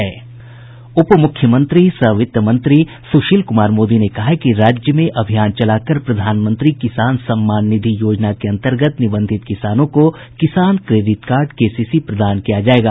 उप मुख्यमंत्री सह वित्त मंत्री सुशील कुमार मोदी ने कहा है कि राज्य में अभियान चलाकर प्रधानमंत्री किसान सम्मान निधि योजना के अर्तगत निबंधित किसानों को किसान क्रेडिट कार्ड केसीसी प्रदान किया जायेगा